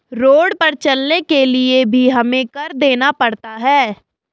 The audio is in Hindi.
रोड पर चलने के लिए भी हमें कर देना पड़ता है